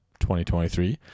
2023